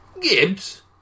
Gibbs